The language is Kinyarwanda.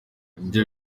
ibyo